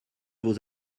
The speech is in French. vos